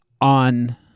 on